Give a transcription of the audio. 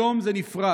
היום זה נפרץ.